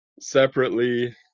separately